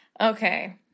Okay